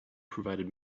provided